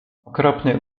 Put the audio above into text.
okropny